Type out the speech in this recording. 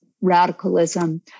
radicalism